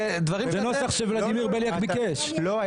זה נוסח שולדימיר בליאק ביקש והוטמעו.